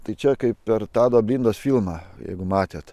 tai čia kaip per tado blindos filmą jeigu matėte